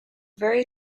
very